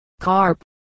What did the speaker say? carp